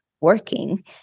working